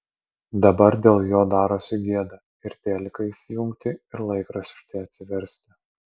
dabar dėl jo darosi gėda ir teliką įsijungti ir laikraštį atsiversti